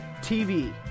TV